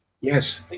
Yes